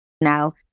now